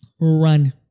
run